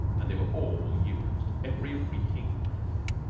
and they were all used, every reeking one of them.